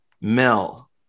Mel